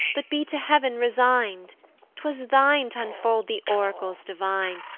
but be to heav'n resign'd twas thine t unfold the oracles divine,